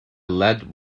lead